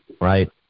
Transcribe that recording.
right